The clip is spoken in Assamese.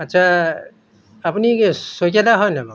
আচ্ছা আপুনি এই শইকীয়া দা হয় নাই বাৰু